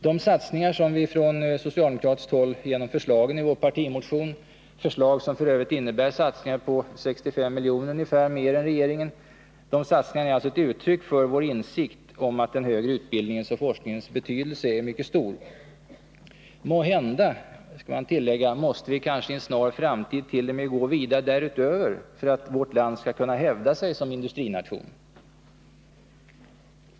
De satsningar vi gör från socialdemokratiskt håll genom förslagen i vår partimotion — förslag som f. ö. innebär satsningar på ca 65 milj.kr. mer än regeringen — är ett uttryck för vår insikt om att den högre utbildningens och forskningens betydelse är mycket stor. Måhända måste vi i en snar framtid t.o.m. gå vidare därutöver för att vårt land skall kunna hävda sig som industrination.